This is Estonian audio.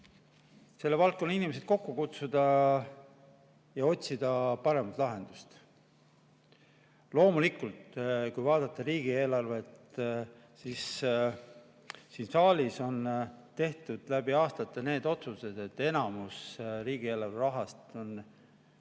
selle valdkonna inimesed kokku kutsuda ja otsida paremat lahendust. Loomulikult, kui vaadata riigieelarvet, siis siin saalis on tehtud läbi aastate otsuseid, millega enamus riigieelarve rahast on ette